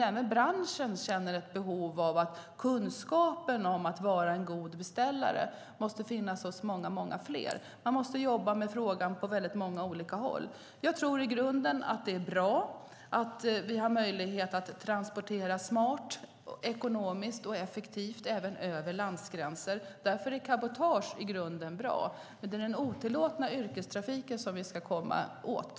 Även branschen känner att kunskapen om att vara en god beställare måste finnas hos många fler. Vi måste jobba med frågan på många olika håll. Det är bra att vi har möjlighet att transportera smart, ekonomiskt och effektivt även över landgränser. Därför är cabotage i grunden bra. Det är den otillåtna yrkestrafiken vi ska komma åt.